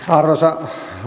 arvoisa